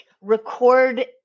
record